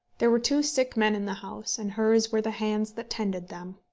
there were two sick men in the house, and hers were the hands that tended them.